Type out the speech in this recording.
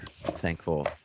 thankful